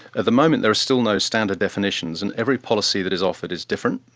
at the moment there are still no standard definitions and every policy that is offered is different.